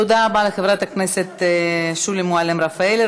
תודה רבה לחברת הכנסת שולי מועלם-רפאלי.